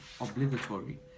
obligatory